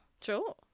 Sure